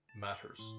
matters